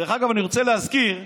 אני רוצה להזכיר: